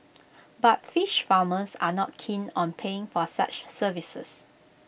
but fish farmers are not keen on paying for such services